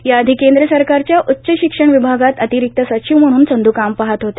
या आधी केंद्र सरकारच्या उच्च शिक्षण विभागात अतिरिक्त सचिव म्हणून संधू काम पाहत होते